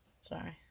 sorry